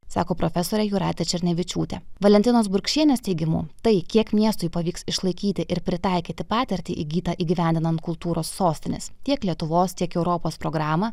sako profesorė jūratė černevičiūtė valentinos burkšienės teigimu tai kiek miestui pavyks išlaikyti ir pritaikyti patirtį įgytą įgyvendinant kultūros sostinės tiek lietuvos tiek europos programą